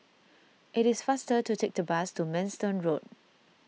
it is faster to take the bus to Manston Road